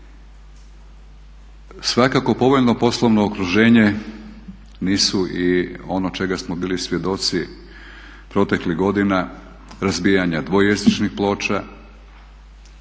Svakako povoljno poslovno okruženje nisu i ono čega smo bili svjedoci proteklih godina razbijanja dvojezičnih ploča,